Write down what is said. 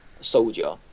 soldier